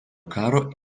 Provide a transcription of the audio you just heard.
karo